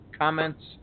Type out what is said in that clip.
comments